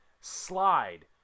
slide